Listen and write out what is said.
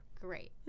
Great